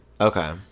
Okay